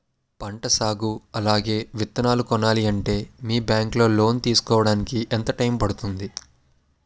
పంట సాగు అలాగే విత్తనాలు కొనాలి అంటే మీ బ్యాంక్ లో లోన్ తీసుకోడానికి ఎంత టైం పడుతుంది?